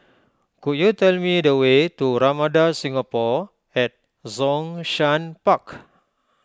could you tell me the way to Ramada Singapore at Zhongshan Park